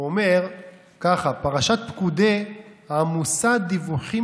הוא אומר ככה: פרשת פקודי עמוסה דיווחים